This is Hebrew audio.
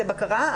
זו בקרה.